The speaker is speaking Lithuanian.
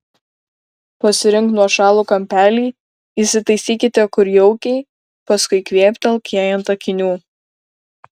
pasirink nuošalų kampelį įsitaisykite kur jaukiai paskui kvėptelk jai ant akinių